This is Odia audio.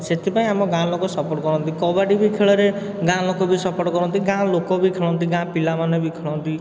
ସେଥିପାଇଁ ଆମ ଗାଁ ଲୋକ ସପୋର୍ଟ କରନ୍ତି କବାଡ଼ି ବି ଖେଳରେ ଗାଁ ଲୋକ ବି ସପୋର୍ଟ କରନ୍ତି ଗାଁ ଲୋକ ବି ଖେଳନ୍ତି ଗାଁ ପିଲାମାନେ ବି ଖେଳନ୍ତି